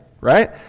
right